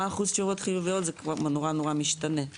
מה אחוז תשובות חיוביות זה כבר נורא נורא משתנה.